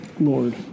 Lord